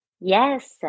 Yes